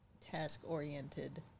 task-oriented